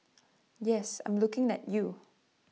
yes I'm looking at you